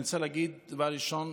ראשית,